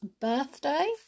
birthday